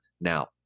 now